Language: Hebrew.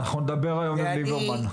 אנחנו נדבר היום עם ליברמן.